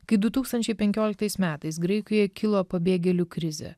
kai du tūkstančiai penkioliktais metais graikijoje kilo pabėgėlių krizė